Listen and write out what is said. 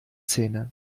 zähne